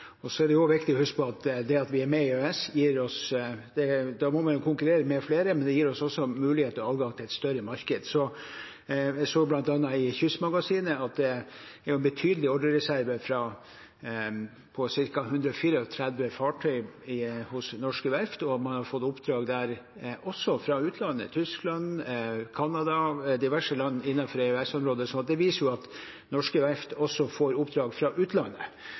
Det er også viktig å huske på at det at vi er med i EØS, gjør at vi må konkurrere med flere, men det gir oss også muligheter og adgang til et større marked. Jeg så bl.a. i Kystmagasinet at det er en betydelig ordrereserve på ca. 134 fartøy hos norske verft, og man har fått oppdrag også fra utlandet, Tyskland, Canada, diverse land innenfor EØS-området. Det viser at norske verft også får oppdrag fra utlandet.